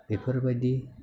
बेफोरबायदि